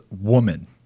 woman